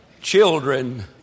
Children